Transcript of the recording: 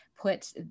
Put